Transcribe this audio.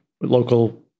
local